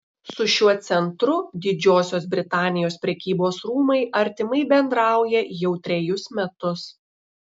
su šiuo centru didžiosios britanijos prekybos rūmai artimai bendrauja jau trejus metus